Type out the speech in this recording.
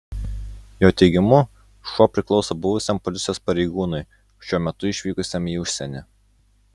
jo teigimu šuo priklauso buvusiam policijos pareigūnui šiuo metu išvykusiam į užsienį